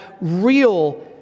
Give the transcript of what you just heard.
real